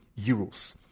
euros